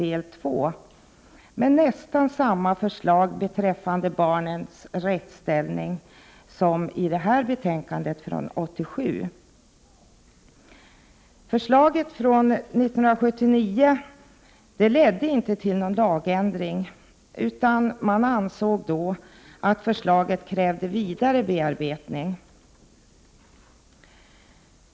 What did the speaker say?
Detta betänkande innehöll nästan samma förslag beträffande barnets rättsställning som betänkandet från 1987. Förslaget från 1979 års utredning ledde inte till någon lagändring, utan man ansåg att förslaget krävde vidare bearbetning.